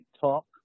talk